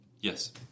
Yes